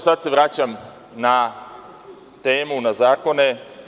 Sada se vraćam na temu, na zakone.